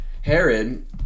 Herod